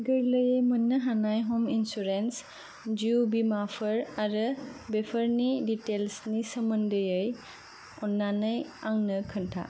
गोरलैयै मोन्नो हानाय हम इन्सुरेन्स जिउ बीमाफोर आरो बेफोरनि दिटैल्सनि सोमोन्दैयै अन्नानै आंनो खिन्था